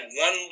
one